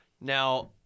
now